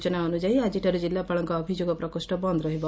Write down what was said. ସୂଚନା ଅନୁଯାୟୀ ଆକିଠାରୁ ଜିଲ୍ଲାପାଳଙ୍କ ଅଭିଯୋଗ ପ୍ରକୋଷ ବନ୍ଦ ରହିବ